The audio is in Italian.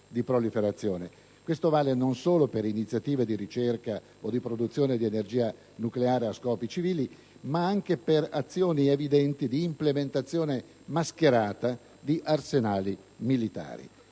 di proliferazione: questo vale non solo per iniziative di ricerca o di produzione di energia nucleare a scopi civili, ma anche per azioni evidenti di implementazione mascherata di arsenali militari.